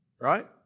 right